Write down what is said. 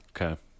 Okay